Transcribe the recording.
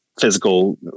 physical